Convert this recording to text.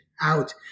out